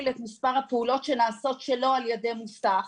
את מספר הפעולות שנעשות שלא על ידי מוסך.